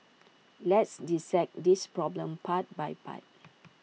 let's dissect this problem part by part